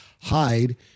hide